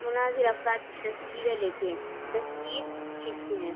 مناظر افراد کی تصویریں لیتے ہیں تصویر کھینچتے ہیں